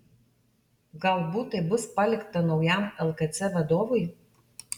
galbūt tai bus palikta naujam lkc vadovui